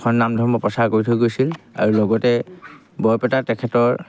এখন নাম ধৰ্ম প্ৰচাৰ কৰি থৈ গৈছিল আৰু লগতে বৰপেটা তেখেতৰ